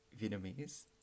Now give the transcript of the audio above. Vietnamese